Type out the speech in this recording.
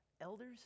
elders